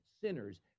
sinners